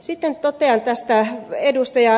sitten totean tästä ed